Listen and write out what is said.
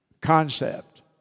concept